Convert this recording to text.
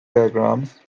diagrams